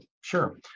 sure